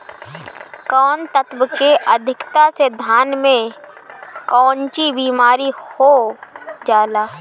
कौन तत्व के अधिकता से धान में कोनची बीमारी हो जाला?